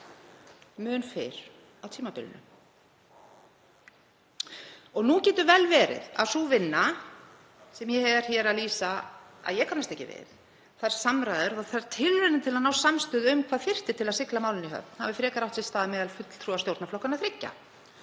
mun fyrr á tímabilinu. Nú getur vel verið að sú vinna sem ég er hér að lýsa að ég kannist ekki við, að þær samræður, þær tilraunir til að ná samstöðu um hvað þyrfti til að sigla málinu í höfn, hafi frekar átt sér stað meðal fulltrúa stjórnarflokkanna þriggja.